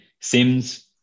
Sims